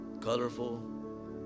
colorful